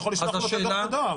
הוא יכול לשלוח לו את הדוח בדואר.